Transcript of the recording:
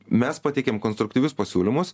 mes pateikėm konstruktyvius pasiūlymus